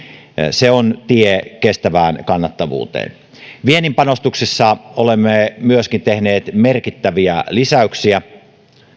se on tie kestävään kannattavuuteen myöskin viennin panostuksissa olemme tehneet merkittäviä lisäyksiä